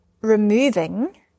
removing